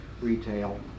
retail